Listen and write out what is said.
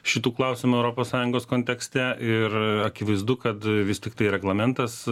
šitų klausimų europos sąjungos kontekste ir akivaizdu kad vis tiktai reglamentas